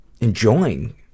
enjoying